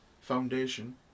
foundation